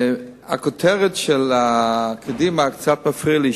הכותרת של קדימה קצת מפריעה לי,